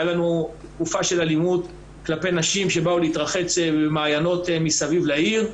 הייתה לנו תקופה של אלימות כלפי נשים שבאו לרחוץ במעיינות מסביב לעיר.